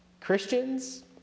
Christians